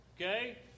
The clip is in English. Okay